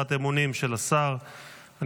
הפסקת כהונתו של שר והודעת הממשלה על צירוף שרים